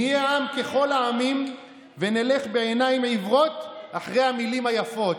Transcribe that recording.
נהיה עם ככל העמים ונלך בעיניים עיוורות אחרי המילים היפות,